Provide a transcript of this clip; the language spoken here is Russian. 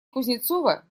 кузнецова